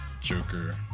Joker